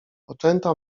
oczęta